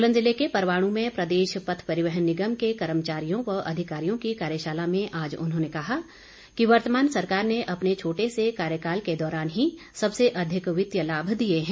सोलन जिले के परवाणू में प्रदेश पथ परिवहन निगम के कर्मचारियों व अधिकारियों की कार्यशाला में आज उन्होंने कहा कि वर्तमान सरकार ने अपने छोटे से कार्यकाल के दौरान ही सबसे अधिक वित्तीय लाभ दिए हैं